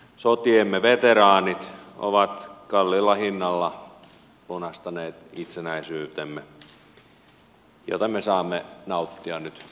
sotiemme veteraanit ovat kalliilla hinnalla lunastaneet itsenäisyytemme josta me saamme nauttia nyt monin tavoin